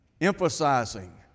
emphasizing